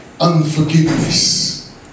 unforgiveness